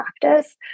practice